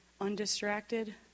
undistracted